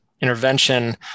intervention